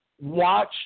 Watch